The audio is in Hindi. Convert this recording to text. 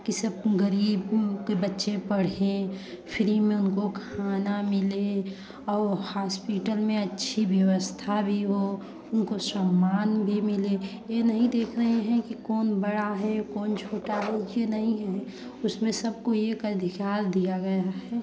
की सब गरीब के बच्चे पढ़े फ्री में उनको खाना मिले और वो हॉस्पिटल में अच्छी व्यवस्था भी हो उनको सम्मान भी मिले ये नहीं देख रहे हैं की कौन बड़ा है कौन छोटा है ये नहीं हैं उसमें सबको एक अधिकार दिया गया है